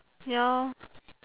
ya